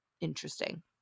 interesting